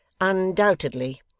Undoubtedly